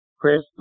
Chris